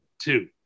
two